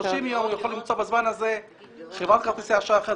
הוא יכול למצוא בזמן הזה חברת כרטיסי אשראי אחרת.